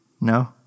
No